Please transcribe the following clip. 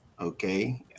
Okay